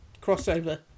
crossover